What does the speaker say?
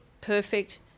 perfect